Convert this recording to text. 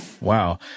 wow